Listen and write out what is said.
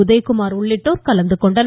உதயகுமார் உள்ளிட்டோர் கலந்து கொண்டனர்